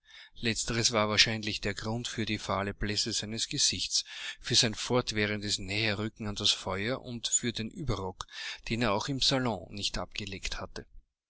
letzteres war wahrscheinlich der grund für die fahle blässe seines gesichts für sein fortwährendes näherrücken an das feuer und für den überrock den er auch im salon nicht abgelegt hatte